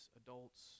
adults